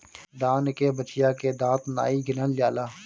दान के बछिया के दांत नाइ गिनल जाला